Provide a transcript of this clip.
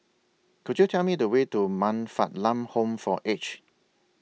Could YOU Tell Me The Way to Man Fatt Lam Home For Aged